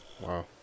Wow